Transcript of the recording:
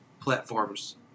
platforms